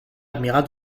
amiral